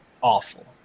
awful